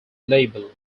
label